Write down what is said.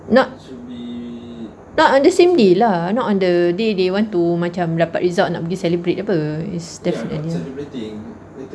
not not on the same day lah not on the day they want to macam dapat result nak pergi celebrate apa it's definitely lah